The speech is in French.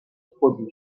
produit